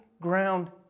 ground